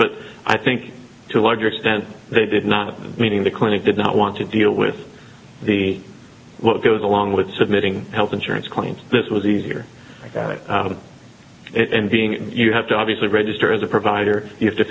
but i think to a large extent they did not meaning the clinic did not want to deal with the what goes along with submitting health insurance claims this was easier and being you have to obviously register as a provider you have to